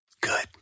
Good